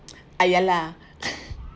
uh ya lah